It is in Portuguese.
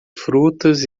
frutas